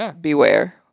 beware